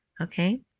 okay